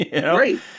Great